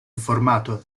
formato